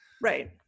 right